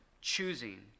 choosing